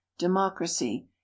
democracy